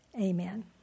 Amen